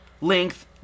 length